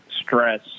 stress